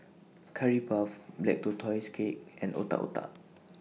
Curry Puff Black Tortoise Cake and Otak Otak